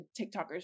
TikTokers